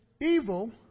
evil